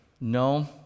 No